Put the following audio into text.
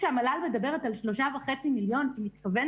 כשהמל"ל מדברים על 3.5 מיליון הוא מתכוון